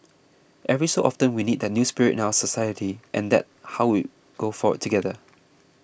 every so often we need that new spirit in our society and that how we go forward together